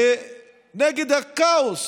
ונגד הכאוס